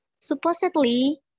Supposedly